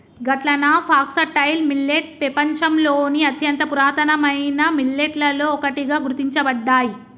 గట్లన foxtail millet పెపంచంలోని అత్యంత పురాతనమైన మిల్లెట్లలో ఒకటిగా గుర్తించబడ్డాయి